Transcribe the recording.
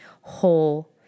whole